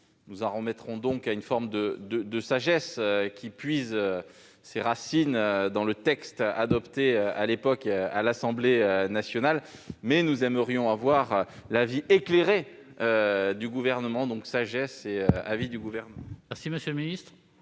nous en remettrons donc à une forme de sagesse, qui puise ses racines dans le texte adopté à l'époque à l'Assemblée nationale, mais nous aimerions avoir l'avis éclairé du Gouvernement. Quel est l'avis du Gouvernement ? Je vais essayer